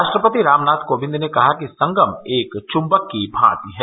राष्ट्रपति रामनाथ कोविंद ने कहा कि संगम एक चुंबक की भांति हैं